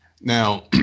Now